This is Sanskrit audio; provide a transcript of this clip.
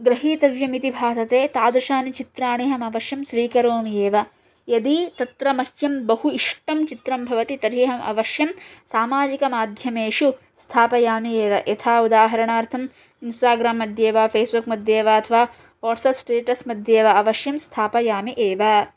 गृहीतव्यम् इति भासते तादृशानि चित्राणि अहमवश्यं स्वीकरोमि एव यदि तत्र मह्यं बहु इष्टं चित्रं भवति तर्हि अहम् अवश्यं सामाजिकमाध्यमेषु स्थापयामि एव यथा उदाहरणार्थम् इन्स्टाग्राम्मध्ये वा फ़ेस्बुक्मध्ये वा अथवा वाट्सप्स्टेटस्मध्ये वा अवश्यं स्थापयामि एव